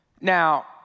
Now